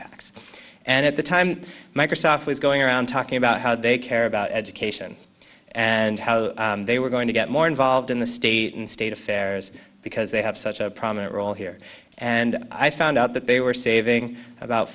tax and at the time microsoft was going around talking about how they care about education and how they were going to get more involved in the state and state affairs because they have such a prominent role here and i found out that they were saving about